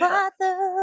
Father